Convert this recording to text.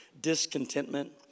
discontentment